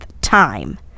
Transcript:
time